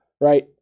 right